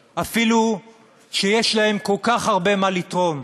אפילו כשהם רוצים לעבוד אפילו שיש להם כל כך הרבה מה ללמוד,